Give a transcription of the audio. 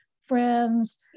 friends